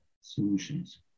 solutions